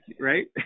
right